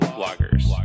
bloggers